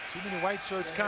and white shirts